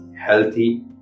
healthy